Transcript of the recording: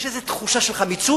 יש איזו תחושה של החמצה,